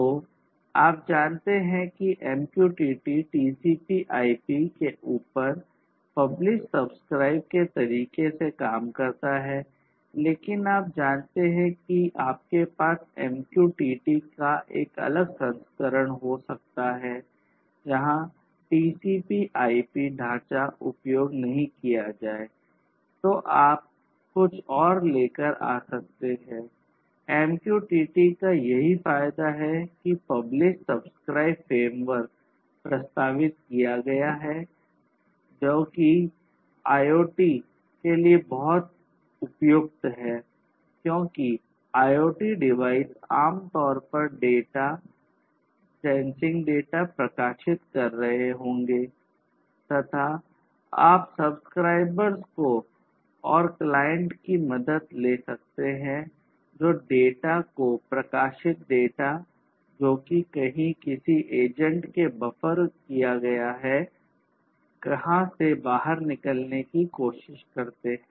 तोआप जानते हैं कि MQTT टीसीपी आईपी किया गया है कहां से बाहर निकालने की कोशिश करते हैं